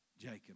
Jacob